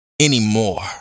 anymore